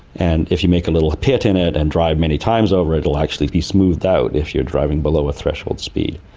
and if you make a little pit in it and drive many times over it it will actually be smoothed out if you are driving below a threshold speed.